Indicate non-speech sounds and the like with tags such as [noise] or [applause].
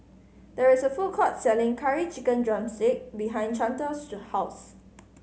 there is a food court selling Curry Chicken drumstick behind Chantal's [unintelligible] house